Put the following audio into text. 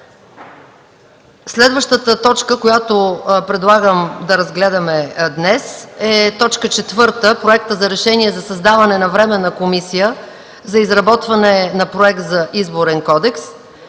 Следващата точка, която предлагам да разгледаме днес, е т. 4 – Проект за решение за създаване на Временна комисия за изработване на проект за Изборен кодекс